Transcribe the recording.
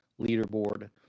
leaderboard